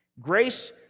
Grace